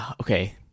okay